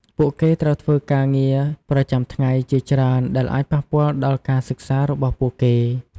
ពួកគេត្រូវធ្វើការងារប្រចាំថ្ងៃជាច្រើនដែលអាចប៉ះពាល់ដល់ការសិក្សារបស់ពួកគេ។